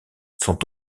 sont